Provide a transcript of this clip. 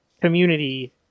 community